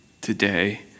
today